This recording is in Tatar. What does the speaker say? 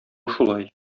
шулай